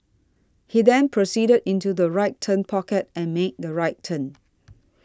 he then proceeded into the right turn pocket and made the right turn